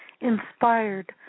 inspired